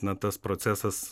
na tas procesas